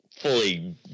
fully